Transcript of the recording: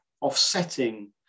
offsetting